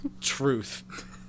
Truth